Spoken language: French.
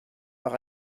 par